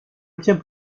obtient